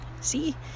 See